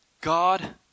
God